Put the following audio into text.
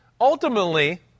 Ultimately